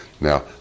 Now